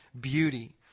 beauty